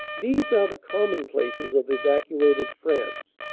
these are the commonplaces of evacuated france.